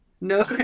no